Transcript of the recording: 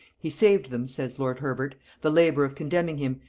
he saved them, says lord herbert, the labour of condemning him,